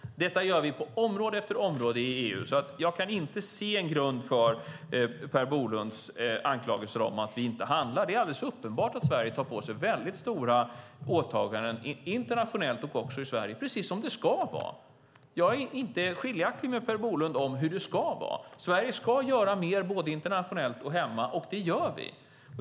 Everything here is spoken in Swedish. Detta gör vi på område efter område i EU. Jag kan inte se någon grund för Per Bolunds anklagelser om att vi inte handlar. Det är alldeles uppenbart att Sverige tar på sig väldigt stora åtaganden internationellt och hemma, och så ska det vara. Jag är inte skiljaktig mot Per Bolund om hur det ska vara. Sverige ska göra mer både internationellt och hemma, och det gör vi.